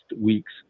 weeks